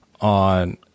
on